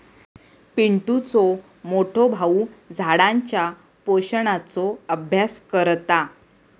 पिंटुचो मोठो भाऊ झाडांच्या पोषणाचो अभ्यास करता